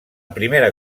primera